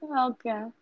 okay